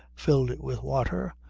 filled it with water,